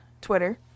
Twitter